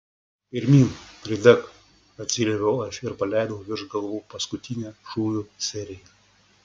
pirmyn pridek atsiliepiau aš ir paleidau virš galvų paskutinę šūvių seriją